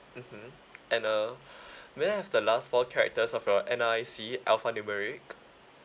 mmhmm and uh may I have the last four characters of your N_R_I_C alphanumeric